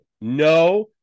no